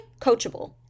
coachable